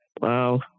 Wow